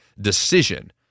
decision